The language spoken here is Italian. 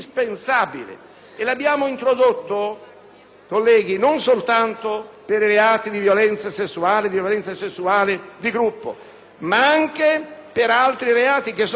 colleghi, non soltanto per i reati di violenza sessuale e violenza di gruppo, ma anche per altri reati che sono parimenti particolarmente gravi.